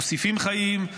מוסיפים חיים,